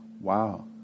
Wow